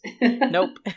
nope